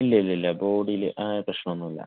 ഇല്ല ഇല്ല ഇല്ല ബോഡിയിൽ ആ ഒരു പ്രശ്നമൊന്നുമില്ല